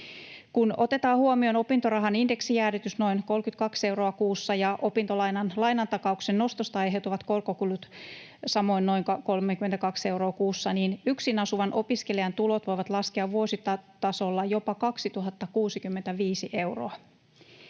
Kun otetaan huomioon opintorahan indeksijäädytys, noin 32 euroa kuussa, ja opintolainan lainatakauksen nostosta aiheutuvat korkokulut, samoin noin 32 euroa kuussa, yksin asuvan opiskelijan tulot voivat laskea vuositasolla jopa 2 065 euroa.